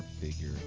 figure